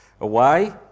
away